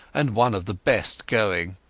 and one of the best going.